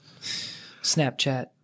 Snapchat